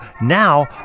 now